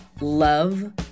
love